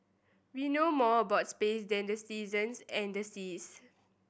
we know more about space than the seasons and the seas